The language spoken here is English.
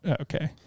Okay